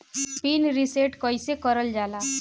Pin reset कईसे करल जाला?